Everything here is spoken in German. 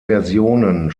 versionen